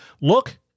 look